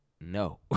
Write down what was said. no